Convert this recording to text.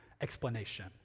explanation